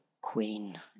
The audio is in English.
queen